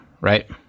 right